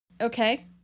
Okay